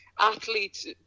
athletes